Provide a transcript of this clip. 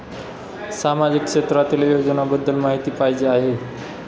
सामाजिक क्षेत्रातील योजनाबद्दल माहिती पाहिजे आहे?